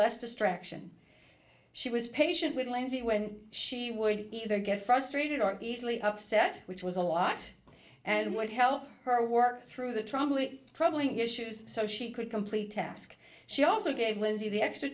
less distraction she was patient with lindsay when she would either get frustrated or easily upset which was a lot and would help her work through the trouble troubling issues so she could complete task she also gave lindsay the extra